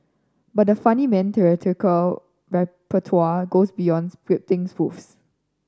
but the funnyman theatrical repertoire goes beyond scripting spoofs